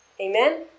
Amen